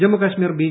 Jammu Kashmir B